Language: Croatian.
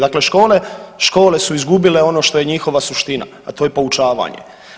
Dakle, škole, škole su izgubile ono što je njihova suština, a to je poučavanje.